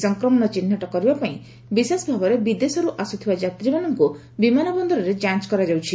ଏହି ସଂକ୍ରମଣ ଚିହ୍ଟ କରିବା ପାଇଁ ବିଶେଷଭାବରେ ବିଦେଶରୁ ଆସ୍ଥ୍ବା ଯାତ୍ରୀମାନଙ୍କୁ ବିମାନ ବନ୍ଦରରେ ଯାଞ କରାଯାଉଛି